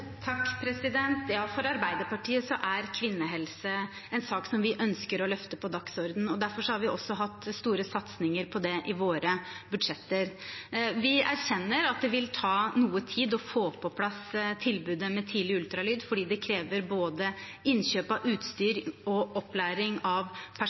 Arbeiderpartiet er kvinnehelse en sak som vi ønsker å løfte på dagsordenen, derfor har vi også hatt store satsinger på det i våre budsjetter. Vi erkjenner at det vil ta noe tid å få på plass tilbudet om tidlig ultralyd, fordi det krever både innkjøp av utstyr og opplæring av